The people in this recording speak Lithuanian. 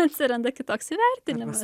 atsiranda kitoks įvertinimas